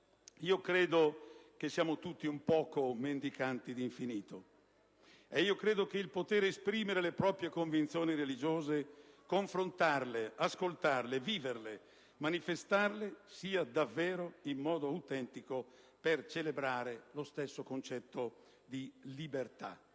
io credo che siamo tutti un poco mendicanti di infinito e io credo che il poter esprimere le proprie convinzioni religiose, confrontarle, ascoltarle, viverle, manifestarle sia davvero il modo autentico per celebrare lo stesso concetto di libertà.